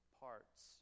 parts